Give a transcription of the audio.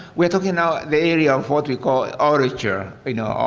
we're talking now the area of what we call orature, you know,